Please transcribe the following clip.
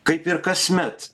kaip ir kasmet